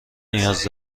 نیاز